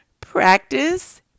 Practice